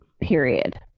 period